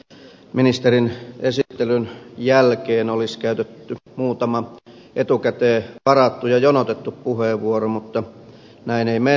odotin että ministerin esittelyn jälkeen olisi käytetty muutama etukäteen varattu ja jonotettu puheenvuoro mutta näin ei mennyt